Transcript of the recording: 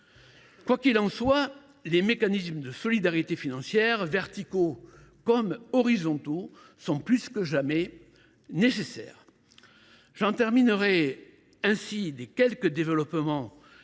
Quoi qu’il en soit, les mécanismes de solidarité financière, verticaux comme horizontaux, sont plus que jamais nécessaires. Je termine ainsi les quelques développements